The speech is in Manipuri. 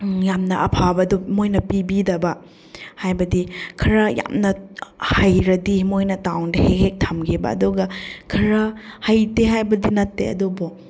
ꯌꯥꯝꯅ ꯑꯐꯥꯕꯗꯨ ꯃꯣꯏꯅ ꯄꯤꯕꯤꯗꯕ ꯍꯥꯏꯕꯗꯤ ꯈꯔ ꯌꯥꯝꯅ ꯍꯩꯔꯗꯤ ꯃꯣꯏꯅ ꯇꯥꯎꯟꯗ ꯍꯦꯛ ꯍꯦꯛ ꯊꯝꯈꯤꯕ ꯑꯗꯨꯒ ꯈꯔ ꯍꯩꯇꯦ ꯍꯥꯏꯕꯗꯤ ꯅꯠꯇꯦ ꯑꯗꯨꯕꯨ